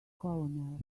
colonel